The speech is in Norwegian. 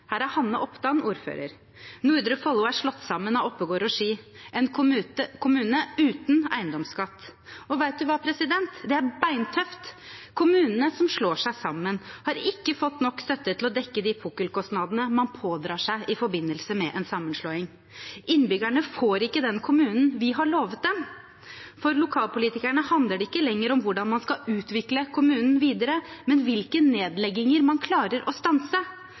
Her er Hanne Opdan ordfører. Nordre Follo er slått sammen av Oppegård og Ski og er en kommune uten eiendomsskatt. Og vet du hva? Det er beintøft. Kommunene som slår seg sammen, har ikke fått nok støtte til å dekke de pukkelkostnadene man pådrar seg i forbindelse med en sammenslåing. Innbyggerne får ikke den kommunen vi har lovet dem. For lokalpolitikerne handler det ikke lenger om hvordan man skal utvikle kommunen videre, men hvilke nedlegginger man klarer å stanse.